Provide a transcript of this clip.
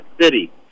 city